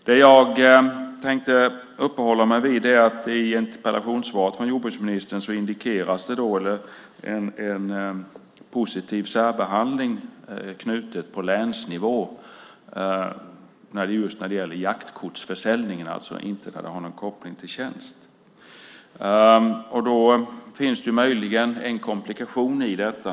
Det jag tänkte uppehålla mig vid är att det i interpellationssvaret från jordbruksministern indikeras en positiv särbehandling på länsnivå när det gäller jaktkortsförsäljningen, alltså inte där det har någon koppling till tjänst. Det finns möjligen en komplikation i detta.